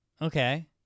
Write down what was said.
Okay